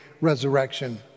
resurrection